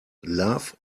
love